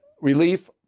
relief